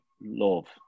love